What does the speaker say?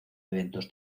eventos